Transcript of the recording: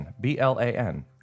B-L-A-N